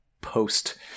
post